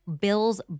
Bill's